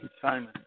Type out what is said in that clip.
Simon